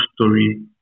story